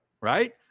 Right